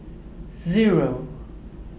zero